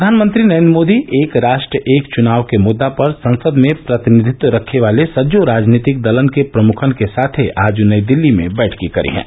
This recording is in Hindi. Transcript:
प्रधानमंत्री नरेन्द्र मोदी एक राष्ट्र एक चुनाव के मुद्दे पर संसद में प्रतिनिधित्व रखने वाले सभी राजनीतिक दलों के प्रमुखों के साथ आज नई दिल्ली में बैठक करेंगे